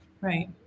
Right